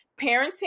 parenting